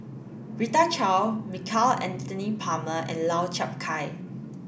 Rita Chao Michael Anthony Palmer and Lau Chiap Khai